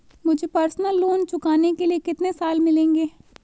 मुझे personal loan चुकाने के लिए कितने साल मिलेंगे?